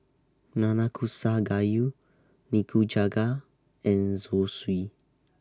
Nanakusa Gayu Nikujaga and Zosui